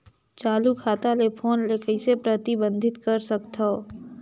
चालू खाता ले फोन ले कइसे प्रतिबंधित कर सकथव?